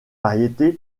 variétés